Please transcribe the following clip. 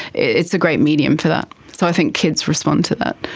it's a great medium for that. so i think kids respond to that.